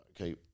Okay